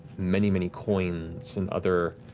many many coins and other